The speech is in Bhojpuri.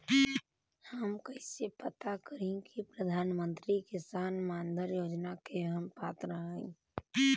हम कइसे पता करी कि प्रधान मंत्री किसान मानधन योजना के हम पात्र हई?